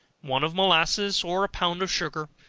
one of molasses, or a pound of sugar,